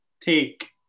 take